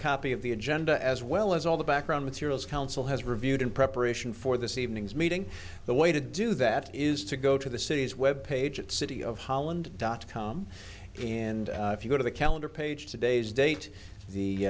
copy of the agenda as well as all the background materials council has reviewed in preparation for this evening's meeting the way to do that is to go to the city's web page at city of holland dot com and if you go to the calendar page today's date the